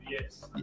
Yes